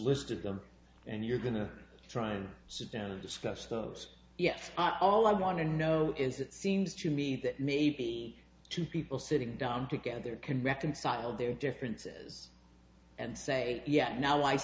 listed them and you're going to try to sit down and discuss those yet all i want to know is it seems to me that maybe two people sitting down together can reconcile their differences and say yet now